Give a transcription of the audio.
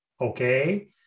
okay